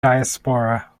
diaspora